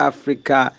Africa